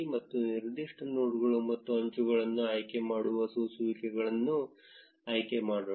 ಮತ್ತು ನಿರ್ದಿಷ್ಟ ನೋಡ್ಗಳು ಮತ್ತು ಅಂಚುಗಳನ್ನು ಆಯ್ಕೆ ಮಾಡಲು ಸೂಸುವಿಕೆಗಳನ್ನು ಆಯ್ಕೆ ಮಾಡೋಣ